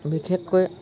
বিশেষকৈ